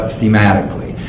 thematically